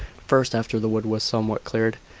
first, after the wood was somewhat cleared,